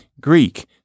Greek